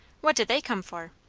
what did they come for?